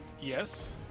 Yes